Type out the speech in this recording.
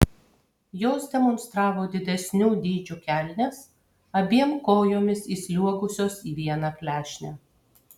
jos demonstravo didesnių dydžių kelnes abiem kojomis įsliuogusios į vieną klešnę